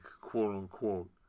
quote-unquote